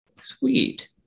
Sweet